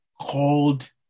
called